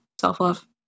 self-love